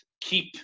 keep